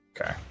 Okay